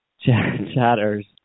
chatters